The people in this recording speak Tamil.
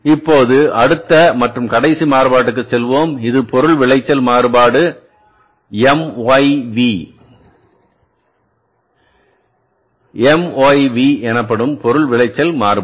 இப்போது அடுத்த மற்றும் கடைசி மாறுபாட்டிற்குச் செல்வோம் இது பொருள் விளைச்சல் மாறுபாடு MYV என அழைக்கப்படுகிறது இது MYV எனப்படும் பொருள் விளைச்சல் மாறுபாடு